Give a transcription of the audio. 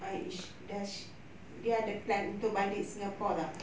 uh is sh~ does sh~ dia ada plan untuk balik singapore ke tak